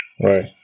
Right